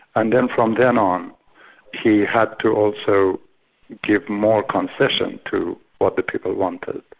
and then from then on he had to also give more concession to what the people wanted.